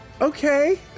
Okay